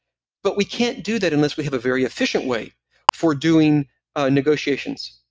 but we can't do that unless we have a very efficient way for doing negotiations,